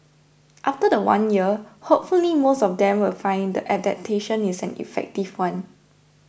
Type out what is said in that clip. after the one year hopefully most of them will find the adaptation is an effective one